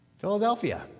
Philadelphia